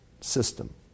system